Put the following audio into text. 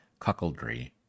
cuckoldry